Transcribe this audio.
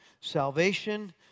salvation